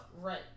Right